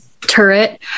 turret